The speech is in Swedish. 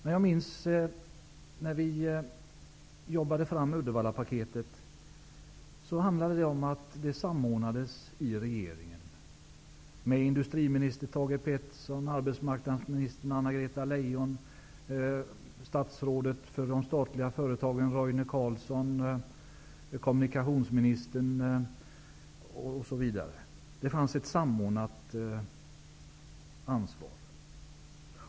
Men jag minns hur det var när vi jobbade fram Uddevallapaketet. Det handlade då om att det skulle samordnas i regeringen med industriminister Thage G Peterson, med arbetsmarknadsminister Anna-Greta Leijon, med det statsråd som hade ansvaret för de statliga företagen, Roine Carlsson, med kommunikationsministern osv. Det fanns alltså ett samordnat ansvar.